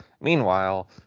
Meanwhile